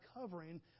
covering